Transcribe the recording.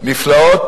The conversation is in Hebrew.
שוועדת